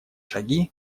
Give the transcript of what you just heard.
шаги